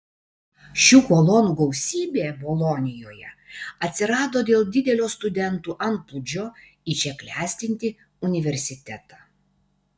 šių kolonų gausybė bolonijoje atsirado dėl didelio studentų antplūdžio į čia klestinti universitetą